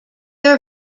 are